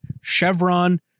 Chevron